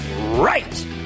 right